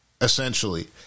essentially